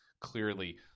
clearly –